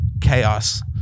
chaos